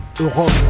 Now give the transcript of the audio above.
Europe